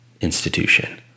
institution